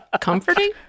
Comforting